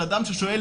של אדם ששואל,